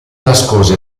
nascose